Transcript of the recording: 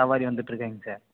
சவாரி வந்திட்ருக்கேனுங்க சார்